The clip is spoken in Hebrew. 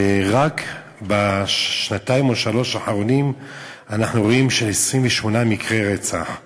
ורק בשנתיים או שלוש השנים האחרונות אנחנו רואים 28 מקרי רצח.